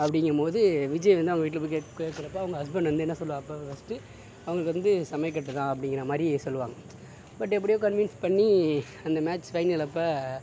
அப்படிங்கம்போது விஜய் வந்து அவங்க வீட்டில் போய் கேக் கேட்குறப்ப அவங்க ஹஸ்பண்ட் வந்து என்ன சொல்லுவார் ஃபஸ்ட்டு அவங்க வந்து சமையக்கட்டுதான் அப்படிங்குறாமாரி சொல்லுவாங்க பட் எப்படியோ கன்வின்ஸ் பண்ணி அந்த மேச் ஃபைனல் அப்போ